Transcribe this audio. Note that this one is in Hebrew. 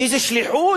איזה שליחות,